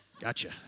Gotcha